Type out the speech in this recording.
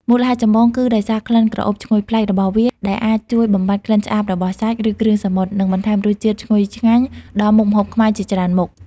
មូលហេតុចម្បង គឺដោយសារ ក្លិនក្រអូបឈ្ងុយប្លែក របស់វា ដែលអាចជួយបំបាត់ក្លិនឆ្អាបរបស់សាច់ ឬគ្រឿងសមុទ្រ និងបន្ថែមរសជាតិឈ្ងុយឆ្ងាញ់ដល់មុខម្ហូបខ្មែរជាច្រើនមុខ។